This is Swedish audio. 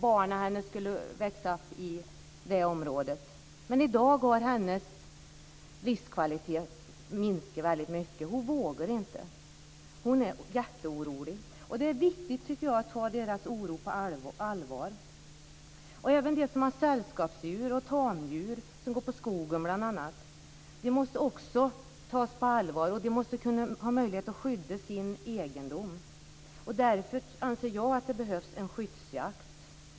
Barnen skulle växa upp i det området. I dag har hennes livskvalitet minskat. Hon vågar inget. Hon är jätteorolig. Det är viktigt att ta allas oro på allvar. Även de som har sällskapsdjur, tamdjur, och som går i skogen måste också tas på allvar. De måste ha möjlighet att skydda sin egendom. Därför anser jag att det behövs en skyddsjakt.